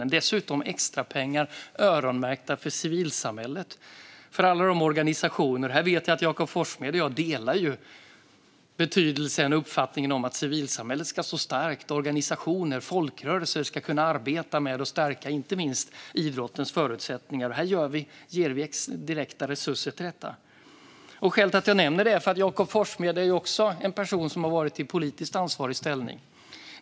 Vi har dessutom lagt extrapengar som är öronmärkta för civilsamhället och alla dess organisationer. Jag vet att Jakob Forssmed och jag delar uppfattningen att civilsamhället ska stå starkt och att organisationer och folkrörelser ska kunna arbeta med att stärka inte minst idrottens förutsättningar. Vi ger direkta resurser till detta. Skälet till att jag nämner detta är att Jakob Forssmed är en person som har varit i politiskt ansvarig ställning.